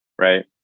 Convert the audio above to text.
right